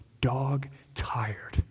dog-tired